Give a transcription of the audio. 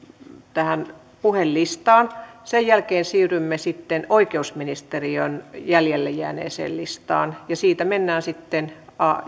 puhelistaan sen jälkeen siirrymme sitten oikeusministeriön jäljelle jääneeseen listaan ja siitä mennään sitten